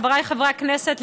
חבריי חברי הכנסת,